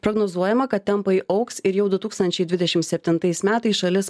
prognozuojama kad tempai augs ir jau du tūkstančiai dvidešimt septintais metais šalis